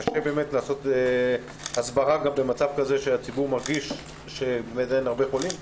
קשה לעשות הסברה במצב שהציבור מרגיש שאין הרבה חולים.